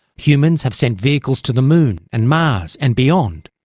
humans have sent vehicles to the moon and mars and beyond,